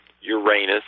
Uranus